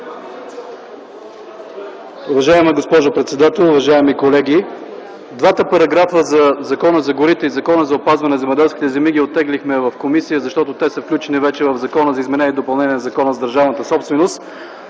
Уважаема госпожо председател, уважаеми колеги! Двата параграфа за Закона за горите и Закона за опазване на земеделските земи ги оттеглихме в комисията, защото те са включени вече в Закона за изменение и допълнение на Закона за държавната собственост.